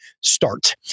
start